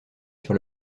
sur